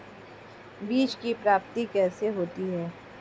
बीज की प्राप्ति कैसे होती है?